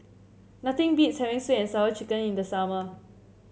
nothing beats having sweet and Sour Chicken in the summer